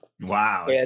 Wow